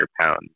pounds